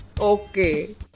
Okay